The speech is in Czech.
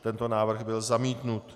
Tento návrh byl zamítnut.